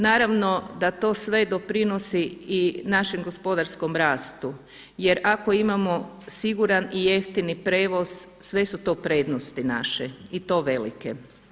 Naravno da to sve doprinosi i našem gospodarskom rastu, jer ako imamo siguran i jeftini prijevoz sve su to prednosti naše i to velike.